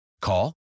Call